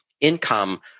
income